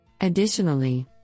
Additionally